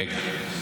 רגע, רגע.